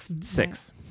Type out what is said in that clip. six